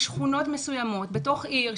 יש שכונות מסוימות בתוך עיר,